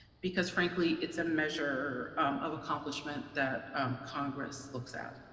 because frankly, it's a measure of accomplishment that congress looks at.